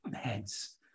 heads